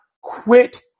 quit